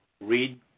read